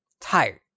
Tired